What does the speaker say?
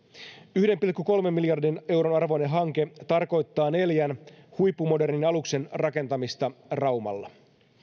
yhden pilkku kolmen miljardin euron arvoinen hanke tarkoittaa neljän huippumodernin aluksen rakentamista raumalla